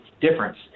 difference